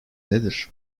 nedir